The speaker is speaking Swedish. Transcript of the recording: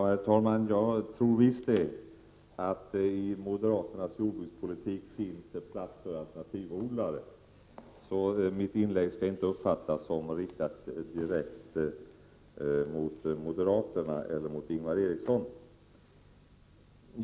Herr talman! Jag tror visst att det i moderaternas jordbrukspolitik finns plats för alternativa odlare. Mitt inlägg skall inte uppfattas som riktat direkt mot moderaterna eller Ingvar Eriksson.